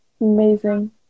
Amazing